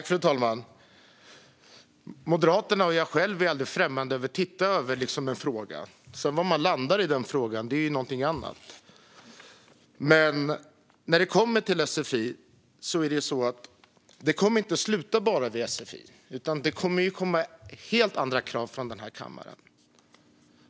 Fru talman! Moderaterna och jag själv är aldrig främmande för att titta över en fråga. Var man sedan landar i den frågan är någonting annat. När det kommer till sfi kommer det inte bara att sluta vid sfi. Det kommer att komma helt andra krav från den här kammaren.